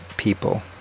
people